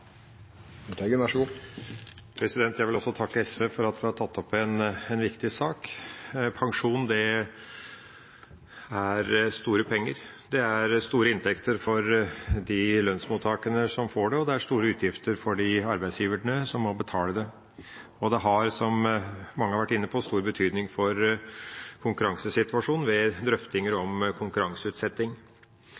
de lønnsmottakerne som får det, og det er store utgifter for de arbeidsgiverne som må betale det. Det har, som mange har vært inne på, stor betydning for konkurransesituasjonen ved drøftinger om